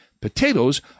potatoes